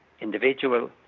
individual